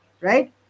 Right